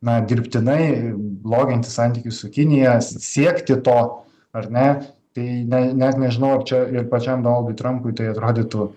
na dirbtinai bloginti santykius su kinija s siekti to ar ne tai ne net nežinau ar čia ir pačiam donaldui trampui tai atrodytų